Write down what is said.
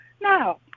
no